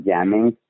Jamming